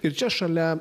ir čia šalia